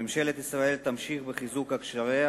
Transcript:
ממשלת ישראל תמשיך בחיזוק קשריה